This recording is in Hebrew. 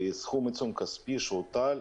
סכום העיצום הכספי שהוטל,